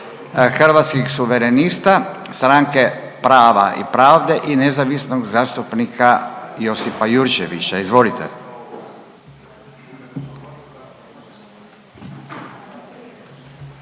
Hrvatskih suverenista, Stranke prava i pravde i nezavisnog zastupnika Josipa Jurčevića. Izvolite.